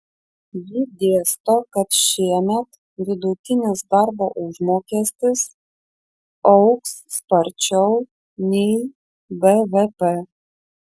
ji dėsto kad šiemet vidutinis darbo užmokestis augs sparčiau nei bvp